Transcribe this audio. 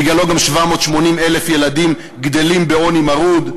בגללו גם 780,000 ילדים גדלים בעוני מרוד.